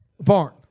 Barn